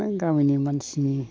बे गामिनि मानसिनि